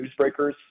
newsbreakers